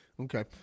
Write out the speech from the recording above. okay